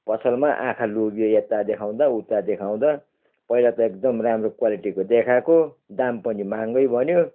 पसलमा आँखा लोभियो यता देखाउँदा उता देखाउँदा पहिला त एकदम राम्रो क्वालिटीको देखाएको दाम पनि महँगै भन्यो